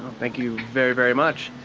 thank you very, very much.